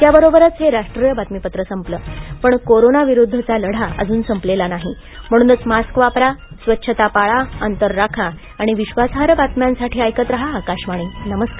याबरोबरच हे राष्ट्रीय बातमीपत्र संपलं पण कोरोनाविरुद्धचा लढा अजून संपलेला नाही म्हणूनच मास्क वापरा स्वच्छता पाळा अंतर राखा आणि विश्वासार्ह बातम्यांसाठी ऐकत रहा आकाशवाणी नमस्कार